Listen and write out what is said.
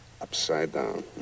Upside-down